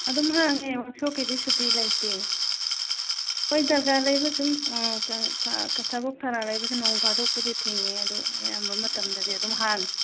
ꯑꯗꯨꯝ ꯍꯥꯡꯉꯦ ꯋꯥꯛꯁꯣꯞꯀꯤꯗꯤ ꯁꯨꯇꯤ ꯂꯩꯇꯦ ꯍꯣꯏ ꯗꯔꯀꯥꯔ ꯂꯩꯕ ꯁꯨꯝ ꯎꯝ ꯊꯕꯛ ꯊꯅꯥ ꯂꯩꯕꯁꯨ ꯅꯣꯡ ꯐꯥꯗꯣꯛꯄꯨꯗꯤ ꯊꯤꯡꯏ ꯑꯗꯨ ꯑꯌꯥꯝꯕ ꯃꯇꯝꯗꯗꯤ ꯑꯗꯨꯝ ꯍꯥꯡꯏ